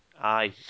Aye